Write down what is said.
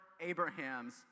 Abraham's